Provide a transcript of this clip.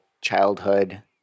childhood